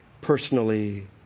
personally